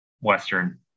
western